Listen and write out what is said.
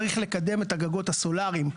צריך לקדם את הגגות הסולריים.